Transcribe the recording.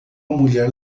mulher